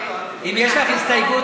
אם יש לך הסתייגות,